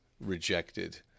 rejected